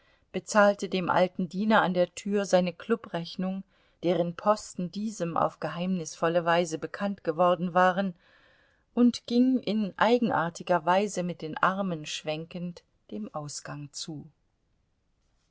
bezahlte dem alten diener an der tür seine klubrechnung deren posten diesem auf geheimnisvolle weise bekannt geworden waren und ging in eigenartiger weise mit den armen schwenkend dem ausgang zu